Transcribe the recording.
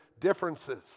differences